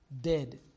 dead